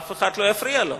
אף אחד לא יפריע לו.